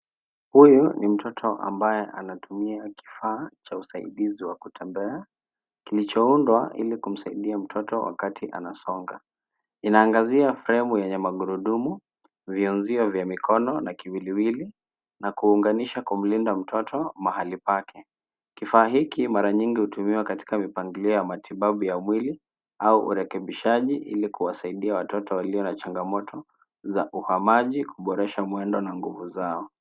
Huyu ni mtoto ambaye unatumia kifaa cha usaidizi wa kutembea kilichoundwa ili kumsaidia mtoto wakati anasonga, unaangazia fremu yenye magurudumu